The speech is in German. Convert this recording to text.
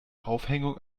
aufhängung